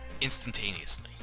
instantaneously